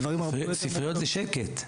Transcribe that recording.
הדברים הרבה יותר --- ספריות זה שקט.